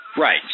Right